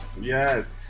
yes